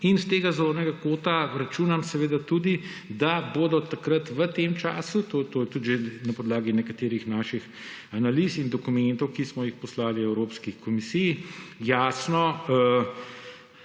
Iz tega zornega kota računam seveda tudi da bodo takrat v tem času, to je tudi že na podlagi nekaterih naših analiz in dokumentov, ki smo jih poslali Evropski komisiji, jasno,